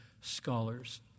scholars